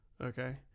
Okay